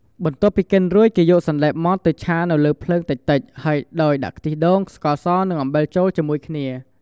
បន្ទាប់ពីកិនរួច គេយកសណ្តែកម៉ដ្ឋទៅឆានៅលើភ្លើងតិចៗហើយដោយដាក់ ខ្ទិះដូង ស្ករស និង អំបិលចូលជាមួយគ្នា។